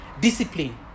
discipline